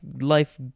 life